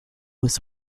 was